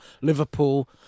Liverpool